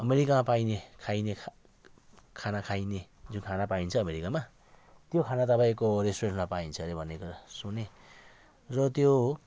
अमेरिकामा पाइने खाइने खाना खाइने जो खाना पाइन्छ अमेरिकामा त्यो खाना तपाईँको रेस्टुरेन्टमा पाइन्छ अरे भन्ने कुरा सुनेँ र त्यो